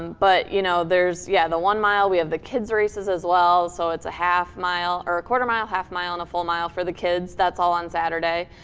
but, you know, there's, yeah, the one mile, we have the kids races, as well, so it's a half mile. or a quarter mile, half mile, and a full mile, for the kids. that's all on saturday.